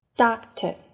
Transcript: doctor